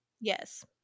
Yes